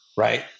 right